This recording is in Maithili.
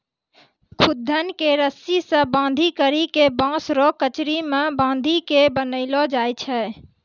खुद्दन के रस्सी से बांधी करी के बांस रो करची मे बांधी के बनैलो जाय छै